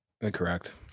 Incorrect